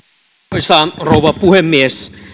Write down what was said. arvoisa rouva puhemies